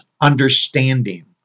understanding